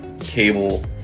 cable